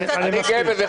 אני גאה בזה,